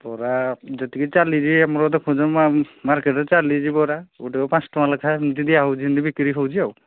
ବରା ଯେତିକି ଚାଲିଛି ଆମର ଦେଖୁଛ ମାର୍କେଟରେ ଚାଲିଛି ବରା ଗୋଟେକୁ ପାଞ୍ଚ ଟଙ୍କା ଲେଖା ଏମିତି ଦିଆ ହେଉଛି ଏମିତି ବିକ୍ରି ହେଉଛି ଆଉ